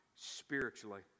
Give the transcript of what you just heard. spiritually